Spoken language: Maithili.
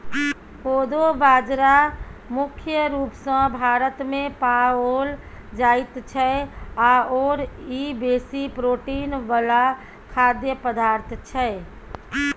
कोदो बाजरा मुख्य रूप सँ भारतमे पाओल जाइत छै आओर ई बेसी प्रोटीन वला खाद्य पदार्थ छै